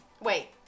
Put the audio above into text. Wait